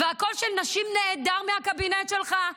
והקול של נשים נעדר מהקבינט שלך.